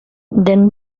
then